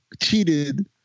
cheated